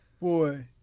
Boy